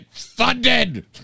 funded